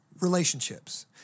relationships